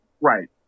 right